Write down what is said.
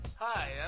Hi